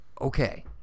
Okay